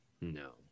no